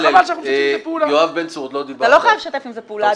וחבל שאנחנו משתפים עם זה פעולה.